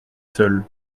seuls